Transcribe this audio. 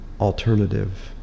alternative